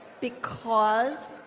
because,